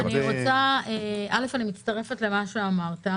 קודם כול אני מצטרפת למה שאמרת,